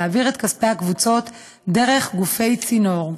להעביר את כספי הקבוצות דרך גופי צינור.